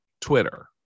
Twitter